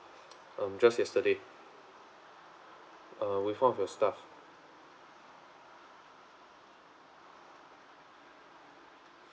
um just yesterday uh with one of your staff